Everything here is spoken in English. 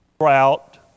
route